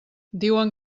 diuen